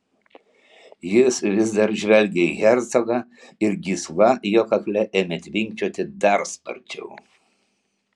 jis vis dar žvelgė į hercogą ir gysla jo kakle ėmė tvinkčioti dar sparčiau